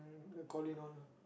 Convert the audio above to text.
mm the Coleen one ah